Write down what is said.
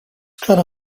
kinda